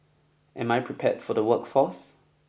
am I prepared for the workforce